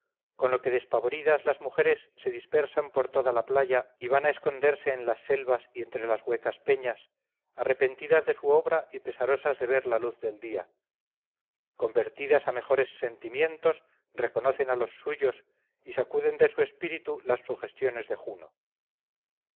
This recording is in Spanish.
con lo que despavoridas las mujeres se dispersan por toda las playa y van a esconderse en las selvas y entre las huecas peñas arrepentidas de su obra y pesarosas de ver la luz del día convertidas a mejores sentimientos reconocen a los suyo y sacuden de su espíritu las sugestiones de juno